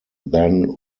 then